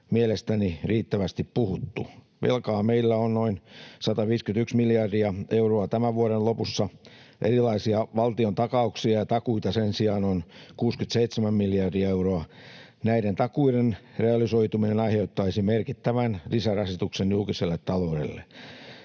mielestäni riittävästi puhuttu. Velkaa meillä on noin 151 miljardia euroa tämän vuoden lopussa, erilaisia valtiontakauksia ja ‑takuita sen sijaan on 67 miljardia euroa. Näiden takuiden realisoituminen aiheuttaisi merkittävän lisärasituksen julkiselle taloudelle.